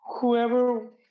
whoever